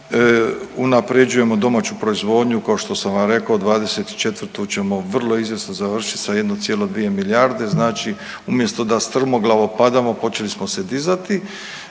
unaprjeđujemo domaću proizvodnju kao što sam vam rekao '24. ćemo vrlo izvjesno završit sa 1,2 milijarde znači umjesto da strmoglavo padamo počeli smo se dizati,